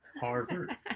Harvard